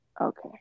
Okay